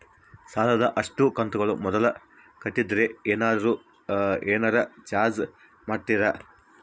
ಸಾಲದ ಅಷ್ಟು ಕಂತು ಮೊದಲ ಕಟ್ಟಿದ್ರ ಏನಾದರೂ ಏನರ ಚಾರ್ಜ್ ಮಾಡುತ್ತೇರಿ?